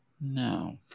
No